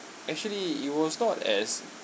actually it was not as